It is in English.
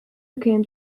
began